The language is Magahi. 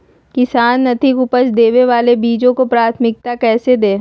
किसान अधिक उपज देवे वाले बीजों के प्राथमिकता कैसे दे?